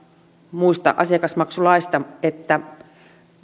muista asiakasmaksulaista